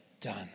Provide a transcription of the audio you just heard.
done